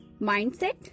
mindset